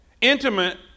Intimate